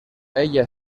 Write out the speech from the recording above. ella